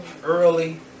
early